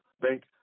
Bank